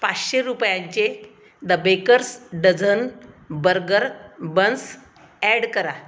पाचशे रुपयांचे the baker's dozen burger buns add करा